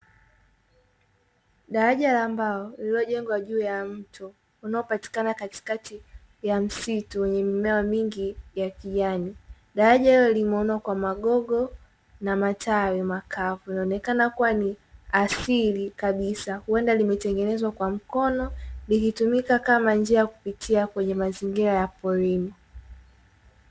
Daraja la mbao lilojengwa juu ya mbao limejengwa kwa magogo na matawi ya mti, linaonekana ni la asili kabisa na lilitumika kwenye mazingira ya porini.